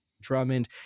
Drummond